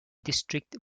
district